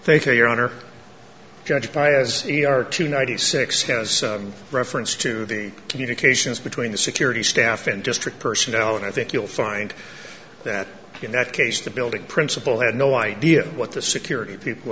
you your honor judged by as e r two ninety six has reference to the communications between the security staff and district personnel and i think you'll find that in that case the building principal had no idea what the security people